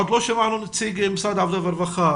עוד לא שמענו את נציג משרד העבודה והרווחה.